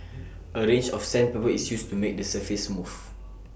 A range of sandpaper is used to make the surface smooth